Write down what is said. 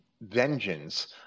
vengeance